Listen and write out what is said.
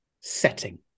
setting